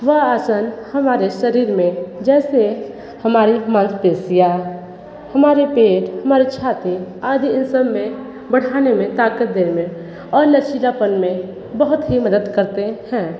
वह आसन हमारे शरीर में जैसे हमारी मांसपेशियाँ हमारे पेट हमारी छाती आदि इन सबमें बढ़ाने में ताकत देने में और लचीलापन में बहुत ही मदद करते हैं